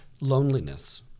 loneliness